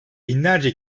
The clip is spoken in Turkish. binlerce